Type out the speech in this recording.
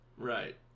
Right